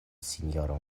sinjoro